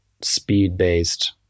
speed-based